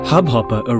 Hubhopper